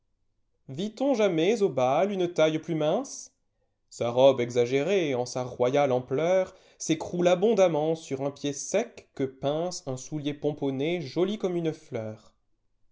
vit-on jamais au bal une taille plus mince sa robe exagérée en sa royale ampleur s'écroule abondamment sur un pied sec que pinceun soulier pomponné joli comme une fleur